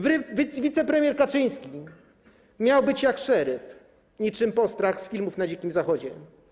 Wicepremier Kaczyński miał być jak szeryf, niczym postrach z filmów o Dzikim Zachodzie.